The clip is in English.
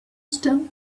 still